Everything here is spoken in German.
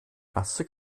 nasse